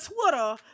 Twitter